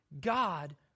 God